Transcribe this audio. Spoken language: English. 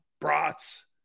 brats